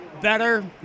better